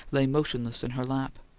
lay motionless in her lap.